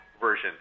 version